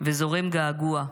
וזורם געגוע,